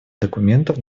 документов